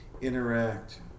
interact